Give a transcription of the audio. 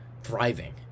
thriving